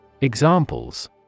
Examples